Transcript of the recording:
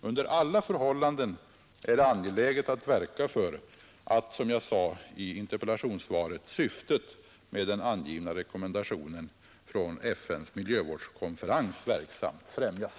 Under alla förhållanden är det angeläget att verka för att, som jag sade i interpellationssvaret, syftet med den angivna rekommendationen från FN:s miljökonferens verksamt främjas.